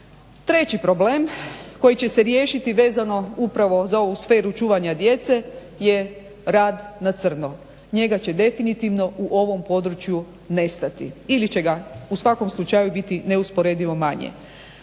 Treći problem koji će se riješiti vezano upravo za ovu sferu čuvanja djece je rad na crno. Njega će definitivno u ovom području nestati ili će ga u svakom slučaju biti neusporedivo manje.